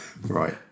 Right